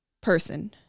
person